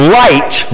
light